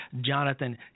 Jonathan